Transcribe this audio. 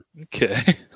Okay